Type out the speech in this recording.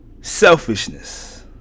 selfishness